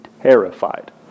terrified